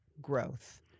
growth